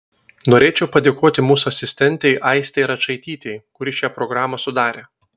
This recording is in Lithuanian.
norėčiau padėkoti mūsų asistentei aistei račaitytei kuri šią programą sudarė